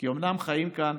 כי אומנם חיים כאן